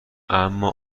اما